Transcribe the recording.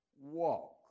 walk